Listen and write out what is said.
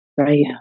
right